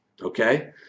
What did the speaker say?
Okay